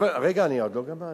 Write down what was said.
רגע, אני עוד לא גמרתי.